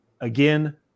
again